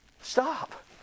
Stop